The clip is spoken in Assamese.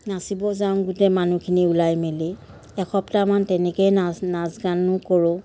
নাচিব যাওঁ গোটেই মানুহখিনি ওলাই মেলি এসপ্তাহ মান তেনেকৈ নাচ নাচ গানো কৰোঁ